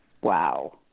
Wow